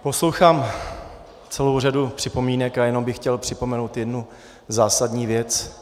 Poslouchám celou řadu připomínek a jenom bych chtěl připomenout jednu zásadní věc.